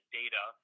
data